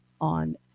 on